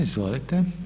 Izvolite.